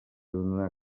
donar